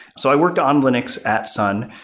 so i worked on linux at sun,